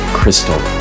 crystal